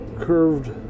curved